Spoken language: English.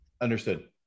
Understood